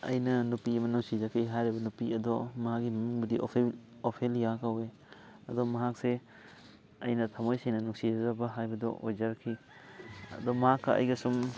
ꯑꯩꯅ ꯅꯨꯄꯤ ꯑꯃ ꯅꯨꯡꯁꯤꯖꯈꯤ ꯍꯥꯏꯔꯤꯕ ꯅꯨꯄꯤ ꯑꯗꯣ ꯃꯥꯒꯤ ꯃꯃꯤꯡꯕꯨꯗꯤ ꯑꯣꯐꯦꯂꯤꯌꯥ ꯀꯧꯋꯦ ꯑꯗꯣ ꯃꯍꯥꯛꯁꯦ ꯑꯩꯅ ꯊꯃꯣꯏ ꯁꯦꯡꯅ ꯅꯨꯡꯁꯤꯖꯕ ꯍꯥꯏꯕꯗꯨ ꯑꯣꯏꯖꯔꯛꯈꯤ ꯑꯗꯣ ꯃꯍꯥꯛꯀ ꯑꯩꯒ ꯁꯨꯝ